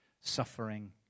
suffering